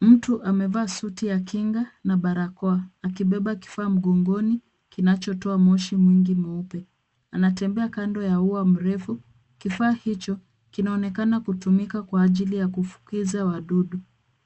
Mtu amevaa suti ya kinga na barakoa, akibeba kifaa mgongoni kinachotoa moshi mwingi mweupe. Anatembea kando ya ua mrefu. Kifaa hicho kinaonekana kutumika kwa ajili ya kufukiza wadudu.